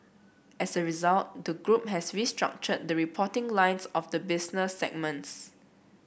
as a result the group has restructured the reporting lines of the business segments